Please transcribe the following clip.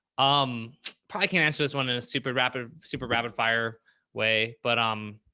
um probably can't answer this one in a super rapid, super rapid fire way, but, um